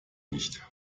nicht